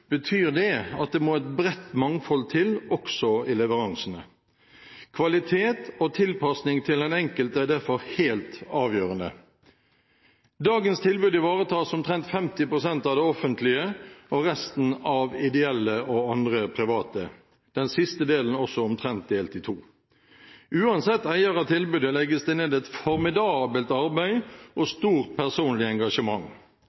betyr det at det må et bredt mangfold til også i leveransene. Kvalitet og tilpasning til den enkelte er derfor helt avgjørende. Dagens tilbud ivaretas omtrent 50 pst. av det offentlige, og resten av ideelle og andre private – den siste delen også omtrent delt i to. Uansett eier av tilbudet legges det ned et formidabelt arbeid og